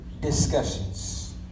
discussions